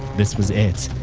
this was it.